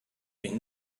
been